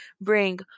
bring